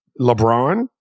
LeBron